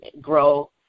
grow